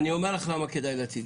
אני אומר לך למה כדאי להציג,